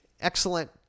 excellent